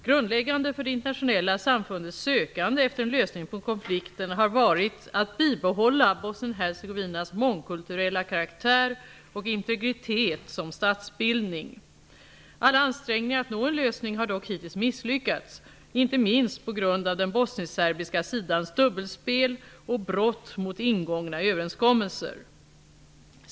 Grundläggande för det internationella samfundets sökande efter en lösning på konflikten har varit, att bibehålla Bosnien-Hercegovinas mångkulturella karaktär och integritet som statsbildning. Alla ansträngningar att nå en lösning har dock hittills misslyckats -- inte minst på grund av den bosniskserbiska sidans dubbelspel och brott mot ingångna överenskommelser.